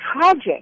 tragic